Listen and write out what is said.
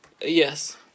Yes